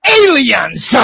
aliens